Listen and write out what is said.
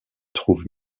trouve